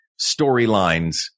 storylines